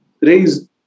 raised